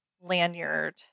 lanyard